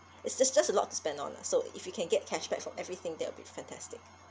it's just just a lot to spend on lah so if you can get cashback for everything that'll be fantastic